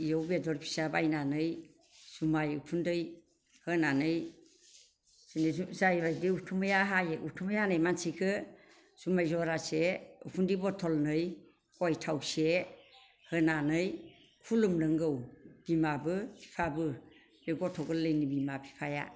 बेयाव बेदर फिसा बायनानै जुमाय उखुन्दै होनानै जेबो जायिबायदि उथुमैया हायो उथुमै हानाय मानसिखो जुमाय जरासे उखुन्दै बथलनै गय थावसे होनानै खुलुमनांगौ बिमाबो बिफाबो बे गथ' गोरलैनि बिमा बिफाया